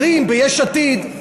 אומרים ביש עתיד,